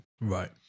Right